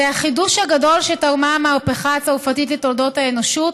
זה החידוש הגדול שתרמה המהפכה הצרפתית לתולדות האנושות.